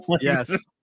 Yes